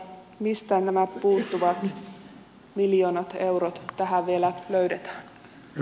mistä nämä puuttuvat miljoonat eurot tähän vielä löydetään